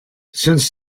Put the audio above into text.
since